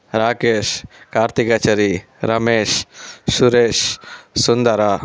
Rakesh Karthikachari Ramesh Suresh Sundara